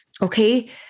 Okay